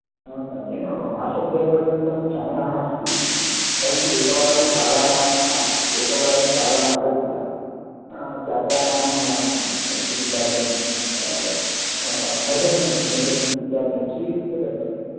नैव वा मासद्वयपर्यन्तं समयः अस्ति परन्तु एकवारं शालां मा हा एकवारं शालामागत्य छात्राणां किं जातं मेसर्मेण्ट् मेसर्मेण्ट् इत्यादिकं स्वीकृत्य गन्तव्यं